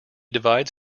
divides